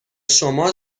شما